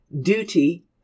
duty